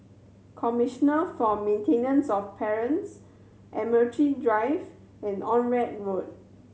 Commissioner for Maintenance of Parents Admiralty Drive and Onraet Road